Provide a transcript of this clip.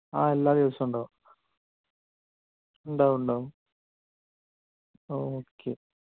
ആ എല്ലാ ദിവസവുമുണ്ടാകും ഉണ്ടാകും ഉണ്ടാകും ഓക്കെ